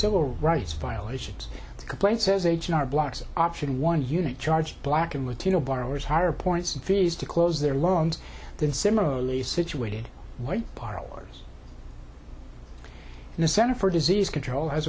civil rights violations complaint says agent are blacks option one unit charge black and latino borrowers higher points and fees to close their loans than similarly situated white parlors and the center for disease control has